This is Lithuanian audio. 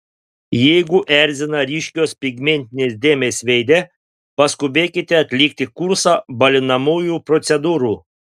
jeigu erzina ryškios pigmentinės dėmės veide paskubėkite atlikti kursą balinamųjų procedūrų